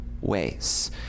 ways